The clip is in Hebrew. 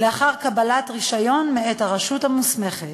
לאחר קבלת רישיון מאת הרשות המוסמכת.